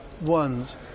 ones